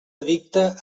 addicte